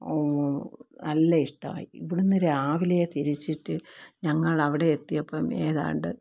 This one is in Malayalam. നല്ല ഇഷ്ടമായി ഇവിടുന്ന് രാവിലെ തിരിച്ചിട്ട് ഞങ്ങൾ അവിടെ എത്തിയപ്പം ഏതാണ്ട്